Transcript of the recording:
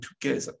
together